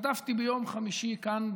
השתתפתי ביום חמישי כאן,